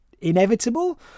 inevitable